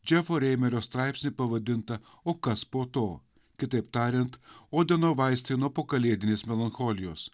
džefo reimerio straipsnį pavadintą o kas po to kitaip tariant odino vaistai nuo pokalėdinės melancholijos